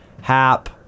Hap